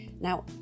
Now